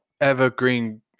Evergreen